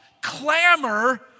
clamor